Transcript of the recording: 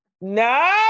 no